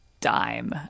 dime